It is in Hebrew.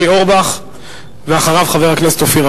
אני מבקש שהממשלה תורה לצה"ל לסיים את החקירה שלו